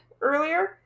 earlier